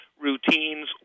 routines